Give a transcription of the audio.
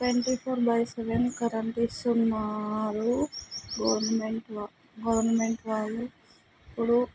twenty four by seven current ఇస్తున్నారు government వా government వాళ్ళు ఇప్పుడు